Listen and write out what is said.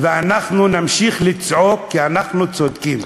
ואנחנו נמשיך לצעוק, כי אנחנו צודקים.